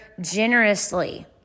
generously